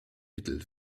mittel